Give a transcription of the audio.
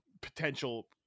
potential